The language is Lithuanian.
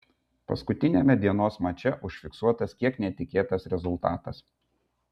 paskutiniame dienos mače užfiksuotas kiek netikėtas rezultatas